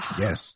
Yes